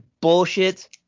bullshit